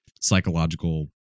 psychological